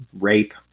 rape